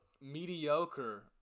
mediocre